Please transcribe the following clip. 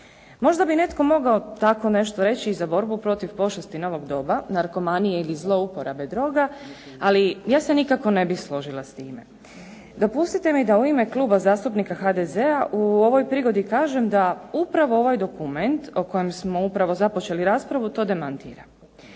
Možda bi netko mogao tako nešto reći i za borbu protiv pošasti novog doba, narkomanije i zlouporabe droga, ali ja se nikako ne bih složila s time. Dopustite mi da u ime Kluba zastupnika HDZ-a u ovoj prigodi kažem da upravo ovaj dokument o kojem smo upravo započeli raspravu to demantira.